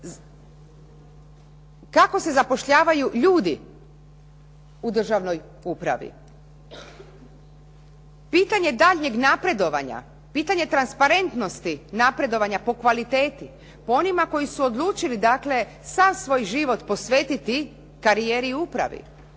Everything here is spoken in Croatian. kako se zapošljavaju ljudi u državnoj upravi. Pitanje daljnjeg napredovanja, pitanje transparentnosti napredovanja po kvaliteti, po onima koji su odlučili dakle, sav svoj život posvetiti karijeri i upravi.